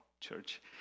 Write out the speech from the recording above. Church